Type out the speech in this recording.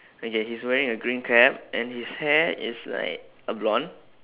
okay he's wearing a green cap and his hair is like a blond